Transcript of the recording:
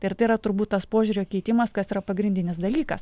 ir tai yra turbūt tas požiūrio keitimas kas yra pagrindinis dalykas